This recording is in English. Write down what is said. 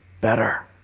better